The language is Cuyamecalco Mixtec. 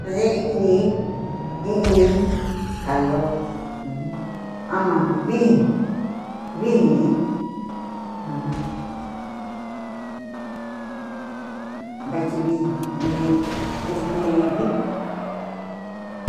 Kade ɨni calor ujun ama vingi vingi ajan va'atyi vingi ñi este.